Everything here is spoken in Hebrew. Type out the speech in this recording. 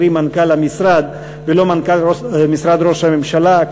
קרי מנכ"ל המשרד ולא מנכ"ל משרד ראש הממשלה,